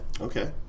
Okay